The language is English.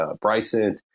Bryson